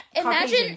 imagine